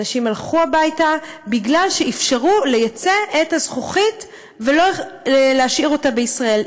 אנשים הלכו הביתה בגלל שאפשרו לייצא את הזכוכית ולא להשאיר אותה בישראל.